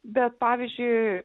bet pavyzdžiui